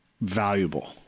valuable